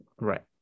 Right